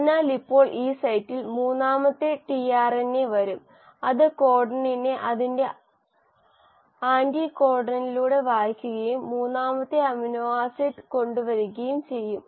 അതിനാൽ ഇപ്പോൾ ഈ സൈറ്റിൽ മൂന്നാമത്തെ ടിആർഎൻഎ വരും അത് കോഡണിനെ അതിന്റെ ആന്റികോഡണിലൂടെ വായിക്കുകയും മൂന്നാമത്തെ അമിനോ ആസിഡ് കൊണ്ടുവരുകയും ചെയ്യും